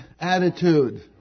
attitude